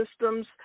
system's